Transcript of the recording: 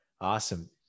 Awesome